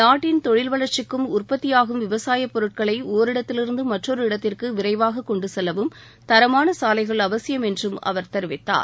நாட்டின் தொழில் வளர்ச்சிக்கும் உற்பத்தியாகும் விவசாயப் பொருட்களை ஒரிடத்திலிருந்து மற்றொரு இடத்திற்கு விரைவாக கொண்டு செல்லவும் தரமான சாலைகள் அவசியம் என்றும் அவர் தெரிவித்தார்